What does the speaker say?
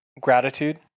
gratitude